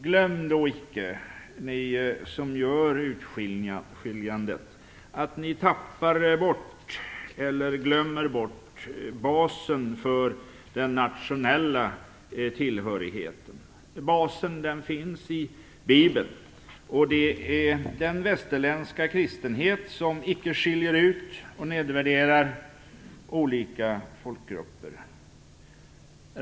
Glöm då icke ni som gör utskiljandet att ni glömmer bort basen för den nationella tillhörigheten. Den basen finns i bibeln. Det är den västerländska kristenhet som icke skiljer ut och nedvärderar olika folkgrupper.